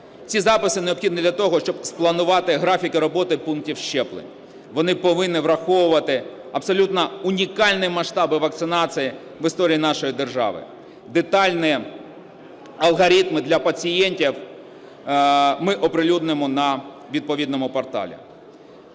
Ці записи необхідні для того, щоб спланувати графіки роботи пунктів щеплень, вони повинні враховувати абсолютно унікальні масштаби вакцинації в історії нашої держави. Детальні алгоритми для пацієнтів ми оприлюднимо на відповідному порталі.